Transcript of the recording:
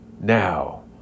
now